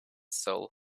soul